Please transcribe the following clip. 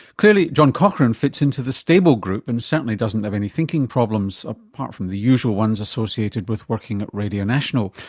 clearly john cochrane fits into the stable group and certainly doesn't have any thinking problems, apart from the usual ones associated with working at radio national.